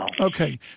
Okay